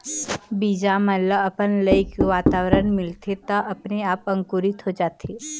बीजा मन ल अपन लइक वातावरन मिलथे त अपने आप अंकुरित हो जाथे